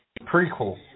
prequel